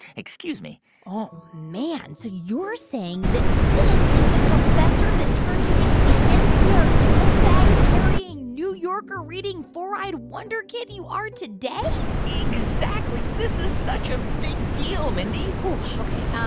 excuse me oh, man. so you're saying that this is the professor that turned you into the npr-tote-bag carrying, new yorker-reading, four-eyed wonder kid you are today? exactly. this is such a big deal, mindy ok. um